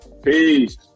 Peace